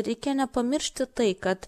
reikia nepamiršti tai kad